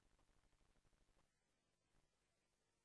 אני אני קוראת לכם לחזור בכם,